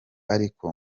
ariko